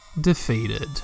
defeated